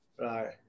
Right